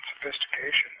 sophistication